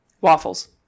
Waffles